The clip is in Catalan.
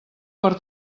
per